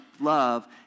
love